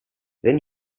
then